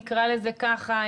נקרא לזה ככה,